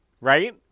right